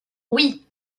oui